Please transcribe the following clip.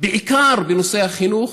בעיקר בנושא החינוך.